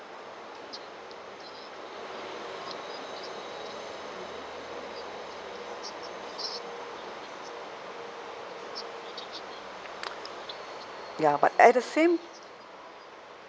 ya but at the same